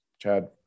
chad